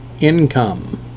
income